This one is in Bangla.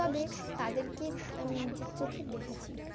তবে তাদেরকে আমি নিজের চোখে দেখেছি